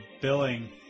billing